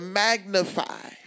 magnify